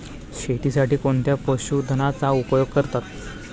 शेतीसाठी कोणत्या पशुधनाचा उपयोग करतात?